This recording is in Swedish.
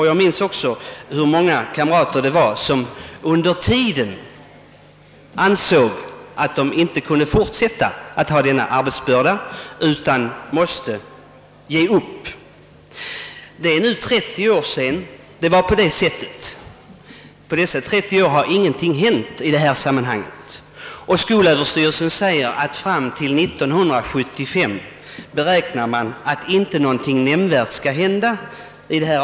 Jag minns också hur många kamrater det var som under skoltiden ansåg att de inte kunde fortsätta att ha denna arbetsbörda utan måste ge upp. Det är nu 30 år sedan det var på det sättet. På dessa 30 år har ingenting hänt i detta sammanhang. Skolöverstyrelsen beräknar att ingenting nämnvärt skall hända i detta avseende fram till 1975.